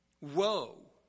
Woe